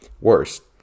worst